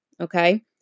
okay